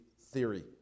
theory